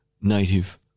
native